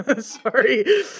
Sorry